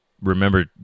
remember